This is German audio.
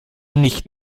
nicht